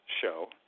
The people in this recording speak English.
show